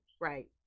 right